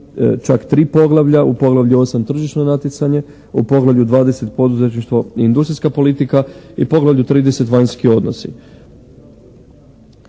čak tri poglavlja, u poglavlju 8. tržišno natjecanje, u poglavlju 20. poduzetništvo i industrijska politika i poglavlju 30. vanjski odnosi.